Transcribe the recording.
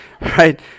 right